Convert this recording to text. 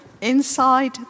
inside